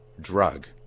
drug